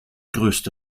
größte